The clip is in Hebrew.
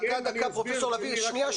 כן, אני אסביר, תנו לי רק להסביר.